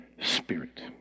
Spirit